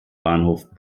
bahnhof